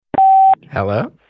Hello